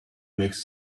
makes